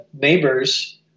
neighbors